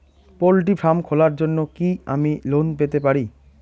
Poultry farm খোলার জন্য কি আমি লোন পেতে পারি?